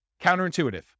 Counterintuitive